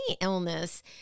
illness